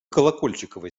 колокольчикова